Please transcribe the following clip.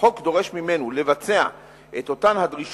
החוק דורש ממנו לבצע את אותן הפעולות